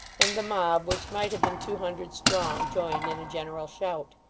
and the mob, which might have been two hundred strong, joined in a general shout.